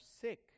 sick